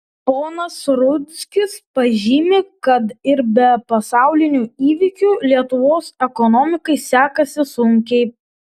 ponas rudzkis pažymi kad ir be pasaulinių įvykių lietuvos ekonomikai sekasi sunkiai